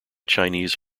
chinese